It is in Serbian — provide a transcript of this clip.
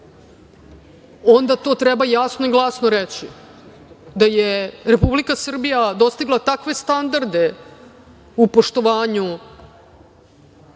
onda to treba jasno i glasno reći, da je Republika Srbija dostigla takve standarde u poštovanju